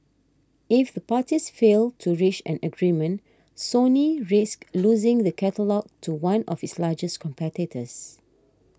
if the parties fail to reach an agreement Sony risks losing the catalogue to one of its largest competitors